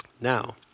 Now